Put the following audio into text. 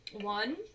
One